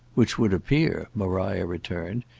which would appear, maria returned,